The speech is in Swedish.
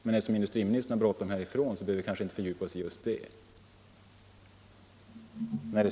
Men eftersom industriministern har bråttom härifrån behöver vi kanske inte fördjupa oss i just det.